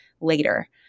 later